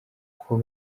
uko